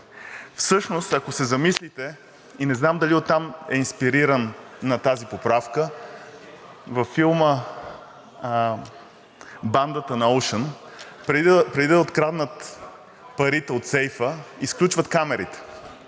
Всъщност, ако се замислите, не знам и дали оттам е инспирирана тази поправка, във филма „Бандата на Оушън“, преди да откраднат парите от сейфа, изключват камерите.